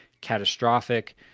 catastrophic